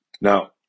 Now